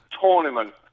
Tournament